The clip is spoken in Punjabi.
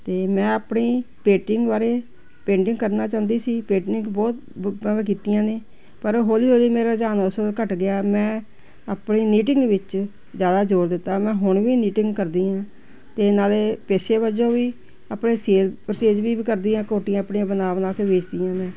ਅਤੇ ਮੈਂ ਆਪਣੀ ਪੇਂਟਿੰਗ ਬਾਰੇ ਪੇਂਟਿੰਗ ਕਰਨਾ ਚਾਹੁੰਦੀ ਸੀ ਪੇਂਟਿੰਗ ਬਹੁਤ ਭਾਵੇਂ ਕੀਤੀਆਂ ਨੇ ਪਰ ਉਹ ਹੌਲੀ ਹੌਲੀ ਮੇਰਾ ਰੁਝਾਨ ਉਸ ਵੱਲ ਘੱਟ ਗਿਆ ਮੈਂ ਆਪਣੀ ਨੀਟਿੰਗ ਵਿੱਚ ਜ਼ਿਆਦਾ ਜ਼ੋਰ ਦਿੱਤਾ ਮੈਂ ਹੁਣ ਵੀ ਨੀਟਿੰਗ ਕਰਦੀ ਹਾਂ ਅਤੇ ਨਾਲੇ ਪੇਸ਼ੇ ਵਜੋਂ ਵੀ ਆਪਣੇ ਸੇਲ ਸੇਲਜ ਵੀ ਕਰਦੀ ਹਾਂ ਕੋਟੀਆਂ ਆਪਣੀਆਂ ਬਨਾ ਬਨਾ ਕੇ ਵੇਚਦੀ ਹਾਂ ਮੈਂ